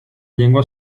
llengua